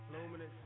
Luminous